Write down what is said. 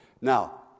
Now